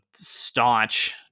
staunch